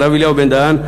הרב אליהו בן-דהן,